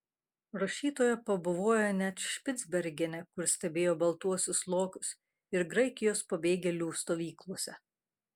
rašytoja pabuvojo net špicbergene kur stebėjo baltuosius lokius ir graikijos pabėgėlių stovyklose